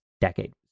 decade